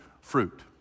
fruit